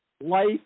life